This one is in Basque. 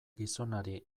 gizonari